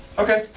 Okay